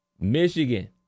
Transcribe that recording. Michigan